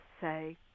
say